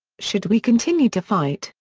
should we continue to fight,